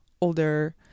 older